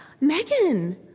Megan